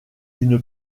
une